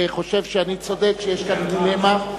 חושב שאני צודק, שיש כאן דילמה?